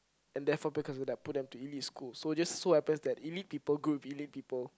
and therefore because of that put them to elite school so just so happens that elite people go with elite people